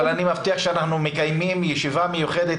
אבל אני מבטיח שאנחנו נקיים ישיבה מיוחדת